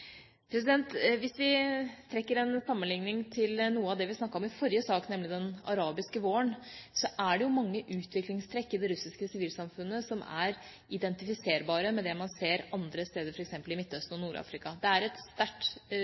Hvis vi trekker en sammenlikning til noe av det vi snakket om i forrige sak, nemlig den arabiske våren, så er det mange utviklingstrekk i det russiske sivilsamfunnet som er identifiserbare med det man ser andre steder, i f.eks. Midtøsten og Nord-Afrika. Det er et sterkt